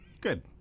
good